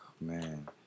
man